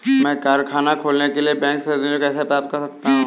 मैं कारखाना खोलने के लिए बैंक से ऋण कैसे प्राप्त कर सकता हूँ?